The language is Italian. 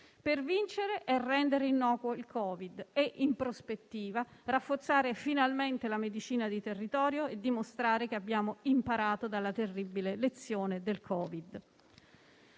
per vincere e rendere innocuo il Covid e, in prospettiva, rafforzare finalmente la medicina di territorio dimostrando che abbiamo imparato dalla terribile lezione del Covid.